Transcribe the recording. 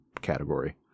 category